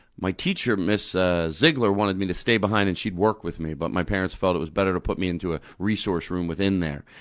my teacher, miss ah zegler, wanted me to stay behind and she'd work with me, but my parents felt it was better to put me into a resource room within there.